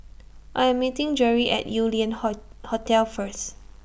I Am meeting Jerri At Yew Lian Hotel First